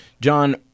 John